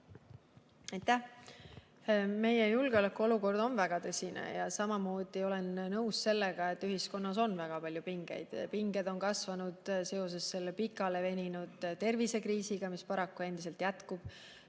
Meie julgeolekuolukord on väga tõsine ja samamoodi olen nõus sellega, et ühiskonnas on väga palju pingeid. Pinged on kasvanud seoses pikaleveninud tervisekriisiga, mis paraku endiselt jätkub,